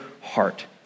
heart